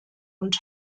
und